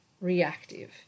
reactive